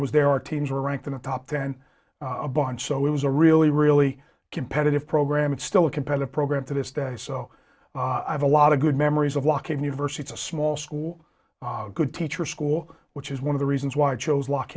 was there are teams were ranked in the top then a bunch so it was a really really competitive program it's still a competitive program to this day so i have a lot of good memories of walking university it's a small school good teacher school which is one of the reasons why i chose luck